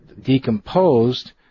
decomposed